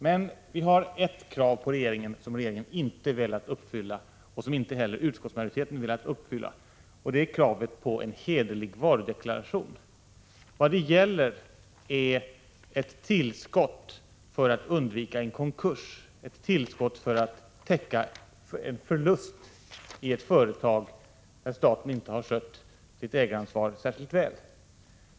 Men vi har ett krav som varken regeringen eller utskottsmajoriteten velat uppfylla, och det är kravet på en hederlig varudeklaration. Vad det gäller är ett tillskott för att undvika en konkurs, ett tillskott för att täcka en förlust i ett företag, där staten inte har skött sitt ägaransvar särskilt väl.